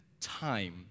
time